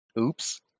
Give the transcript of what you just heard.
Oops